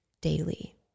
daily